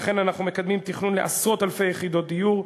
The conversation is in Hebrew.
לכן אנחנו מקדמים תכנון לעשרות אלפי יחידות דיור.